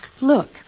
Look